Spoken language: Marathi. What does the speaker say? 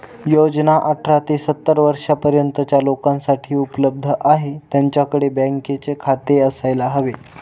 योजना अठरा ते सत्तर वर्षा पर्यंतच्या लोकांसाठी उपलब्ध आहे, त्यांच्याकडे बँकेचे खाते असायला हवे